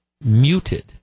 muted